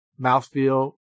mouthfeel